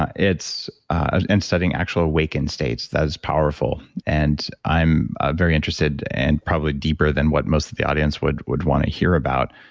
ah and studying actual awakened states, that is powerful. and i'm ah very interested and probably deeper than what most of the audience would would want to hear about,